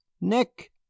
nick